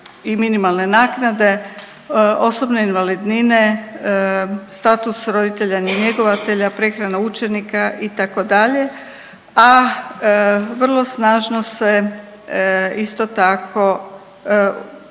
i minimalne naknade, osobne invalidnine, status roditelja njegovatelja, prehrana učenika itd. A vrlo snažno se isto tako djeluje